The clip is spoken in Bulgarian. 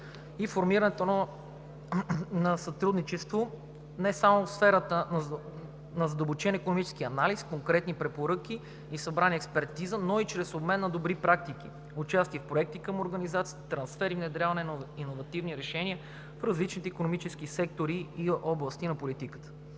и формирането на сътрудничество не само в сферата на задълбочен икономически анализ, конкретни препоръки и събрана експертиза, но и чрез обмен на добри практики – участие в проекти към Организацията, трансфер и внедряване на иновативни решения в различните икономически сектори и области на политиката.